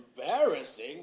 Embarrassing